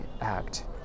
act